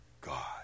God